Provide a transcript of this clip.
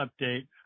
update